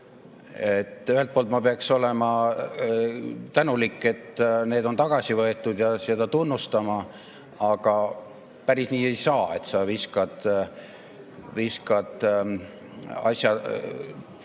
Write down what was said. Ühelt poolt ma peaks olema tänulik, et need on tagasi võetud, ja seda tunnustama, aga päris nii ei saa, et sa viskad asja,